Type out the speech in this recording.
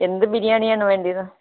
എന്ത് ബിരിയാണിയാണ് വേണ്ടത്